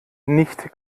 nicht